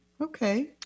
okay